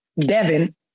Devin